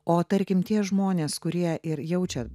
o tarkim tie žmonės kurie ir jaučia